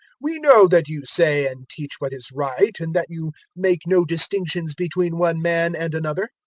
we know that you say and teach what is right and that you make no distinctions between one man and another,